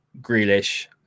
Grealish